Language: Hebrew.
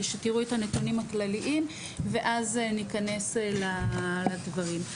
שתראו את הנתונים הכלליים ואז ניכנס לדברים.